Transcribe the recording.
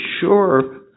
sure